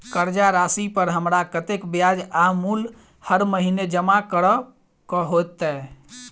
कर्जा राशि पर हमरा कत्तेक ब्याज आ मूल हर महीने जमा करऽ कऽ हेतै?